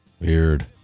Weird